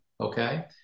okay